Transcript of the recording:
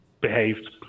behaved